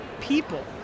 people